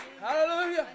Hallelujah